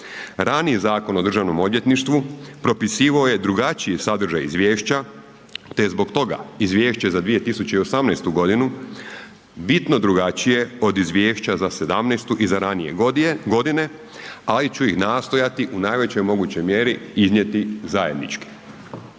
raniji Zakon o državnom odvjetništvu propisivao je drugačiji sadržaj Izvješća te zbog toga Izvješće za 2018. bitno drugačije od Izvješća za 2017. i za ranije godine, ali ću ih nastojati u najvećoj mogućoj mjeri iznijeti zajednički.